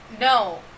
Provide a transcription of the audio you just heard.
No